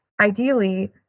Ideally